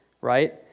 right